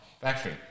factory